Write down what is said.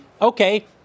okay